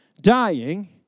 dying